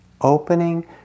opening